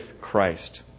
Christ